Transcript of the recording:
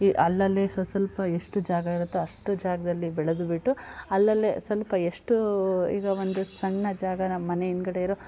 ಅಲ್ಲಲ್ಲೇ ಸ್ವಸ್ವಲ್ಪ ಎಷ್ಟು ಜಾಗ ಇರುತ್ತೋ ಅಷ್ಟು ಜಾಗದಲ್ಲಿ ಬೆಳೆದು ಬಿಟ್ಟು ಅಲ್ಲಲ್ಲೇ ಸ್ವಲ್ಪ ಎಷ್ಟೋ ಈಗ ಒಂದು ಸಣ್ಣ ಜಾಗ ನಮ್ಮ ಮನೆ ಹಿಂದುಗಡೆ ಇರೊ